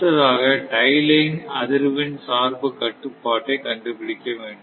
அடுத்ததாக tie line அதிர்வெண் சார்பு கட்டுப்பாட்டை கண்டுபிடிக்க வேண்டும்